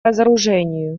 разоружению